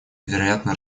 вероятно